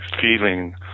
feeling